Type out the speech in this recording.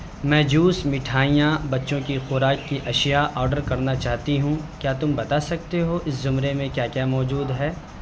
میں جوس مٹھائیاں بچوں کی خوراک کی اشیا آرڈر کرنا چاہتی ہوں کیا تم بتا سکتے ہو اس زمرے میں کیا کیا موجود ہے